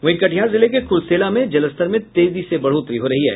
वहीं कटिहार जिले के कुर्सेला में जलस्तर में तेजी से बढ़ोतरी हो रही है